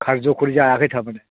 खारज'खरि जायाखै थारमाने